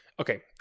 Okay